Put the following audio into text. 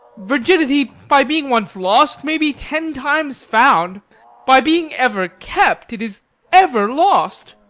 virginity by being once lost may be ten times found by being ever kept, it is ever lost.